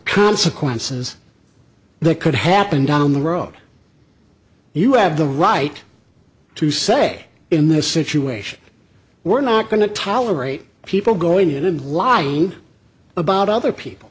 consequences that could happen down the road you have the right to say in this situation we're not going to tolerate people going in and lying about other people